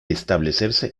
establecerse